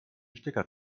stecker